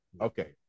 okay